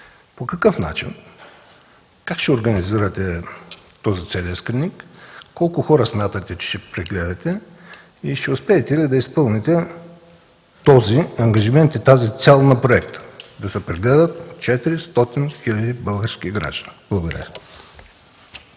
По какъв начин, как ще организирате този целия скрининг? Колко хора смятате, че ще прегледате и ще успеете ли да изпълните този ангажимент и цел на проекта – да се прегледат 400 000 български граждани? Благодаря.